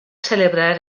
celebrar